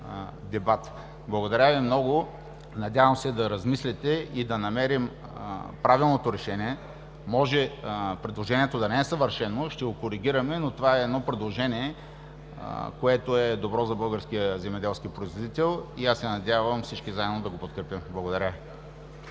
„дебат“? Благодаря Ви много. Надявам се да размислите и да намерим правилното решение. Предложението може да не е съвършено, ще го коригираме, но това е едно предложение, което е добро за българския земеделски производител и аз се надявам ние всички, заедно да го подкрепим. Благодаря Ви.